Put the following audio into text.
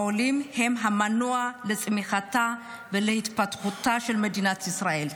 העולים הם המנוע לצמיחתה ולהתפתחותה של מדינת ישראל,